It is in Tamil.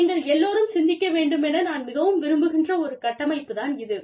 நீங்கள் எல்லோரும் சிந்திக்க வேண்டுமென நான் மிகவும் விரும்புகின்ற ஒரு கட்டமைப்பு தான் இது